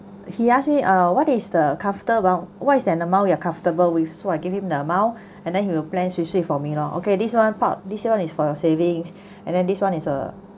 he ask me uh what is the comforta~ about what is that the amount you are comfortable with so I give him the amount and then he will pay sui sui for me lor okay this one pa~ this one is for your savings and then this one is a